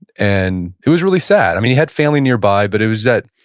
and it was really sad. i mean he had family nearby, but it was that,